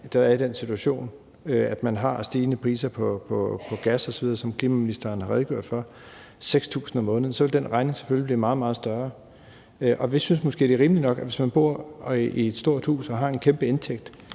der er i den situation, at de har stigende priser på gas osv., som klimaministeren har redegjort for, 6.000 kr. om måneden, ville den regning selvfølgelig blive meget, meget større. Vi synes måske, at det er rimeligt nok, at man, hvis man bor i et stort hus og har en kæmpe indtægt,